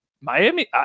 Miami